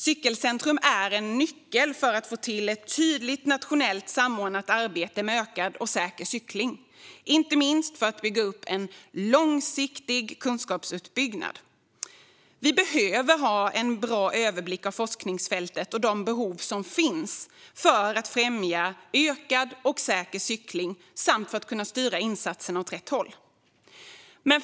Cykelcentrum är en nyckel för att få ett tydligt nationellt samordnat arbete med ökad och säker cykling, inte minst för att bygga upp en långsiktig kunskapsuppbyggnad. Vi behöver ha en bra överblick av forskningsfältet och de behov som finns för att främja ökad och säker cykling samt för att kunna styra insatserna åt rätt håll.